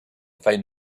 find